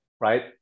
right